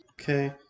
Okay